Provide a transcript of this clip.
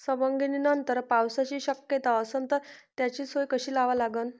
सवंगनीनंतर पावसाची शक्यता असन त त्याची सोय कशी लावा लागन?